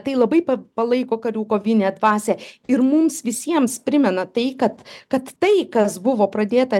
tai labai palaiko karių kovinę dvasią ir mums visiems primena tai kad kad tai kas buvo pradėta